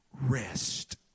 rest